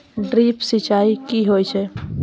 Drip सिंचाई कि होय छै?